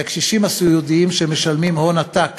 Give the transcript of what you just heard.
לקשישים הסיעודיים, שמשלמים הון עתק